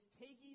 taking